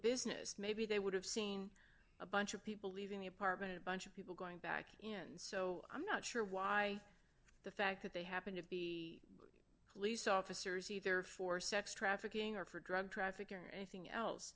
business maybe they would have seen a bunch of people leaving the apartment a bunch of people going back in so i'm not sure why the fact that they happened to be police officers either for sex trafficking or for drug trafficking or anything else